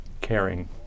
Caring